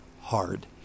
hard